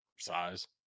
size